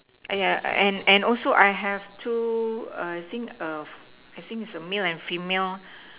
ah yeah and and also I have two err I think err I think it's a male and female